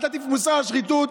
אל תטיף מוסר על שחיתות,